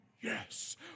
Yes